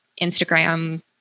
Instagram